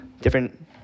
different